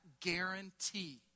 guarantee